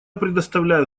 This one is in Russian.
предоставляю